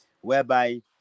whereby